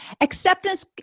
Acceptance